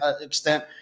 extent